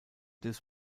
des